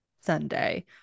Sunday